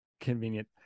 Convenient